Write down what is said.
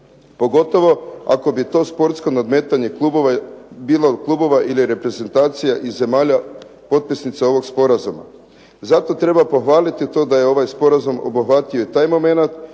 pogotovo ako bi to sportsko nadmetanje klubova bilo klubova ili reprezentacija iz zemalja potpisnica ovog sporazuma. Zato treba pohvaliti to da je ovaj sporazum obuhvatio i taj momenat